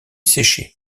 séché